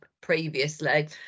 previously